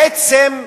בעצם,